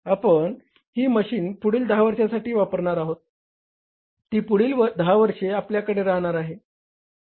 आपण ही मशीन पुढील 10 वर्षांसाठी वापरणार आहोत ती पुढील 10 वर्षे आपल्याकडे राहणार आहे